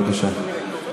בבקשה.